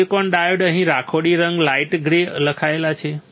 silicon dioxide અહીં રાખોડી રંગ લાઈટ ગ્રે લખાયેલ છે